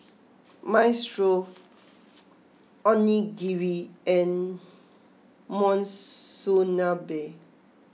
Minestrone Onigiri and Monsunabe